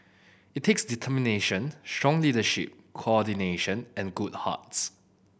it takes determination strong leadership coordination and good hearts